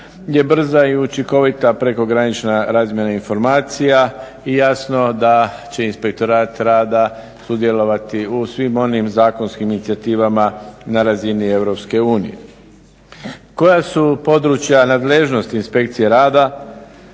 je brza i učinkovita prekogranična razmjena informacija i jasno da će inspektorat rada sudjelovati u svim onim zakonskim inicijativama na razini EU. Koja su područja nadležnosti inspekcije rada